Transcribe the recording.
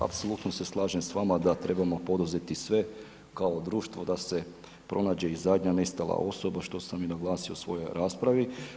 apsolutno se slažem s vama da trebamo poduzeti sve kao društvo da se pronađe i zadnja nestala osoba što sam i naglasio u svojoj raspravi.